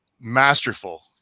masterful